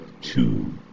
two